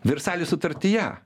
versalio sutartyje